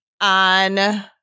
on